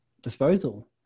disposal